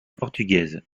portugaises